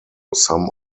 some